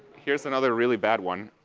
here's another really bad one.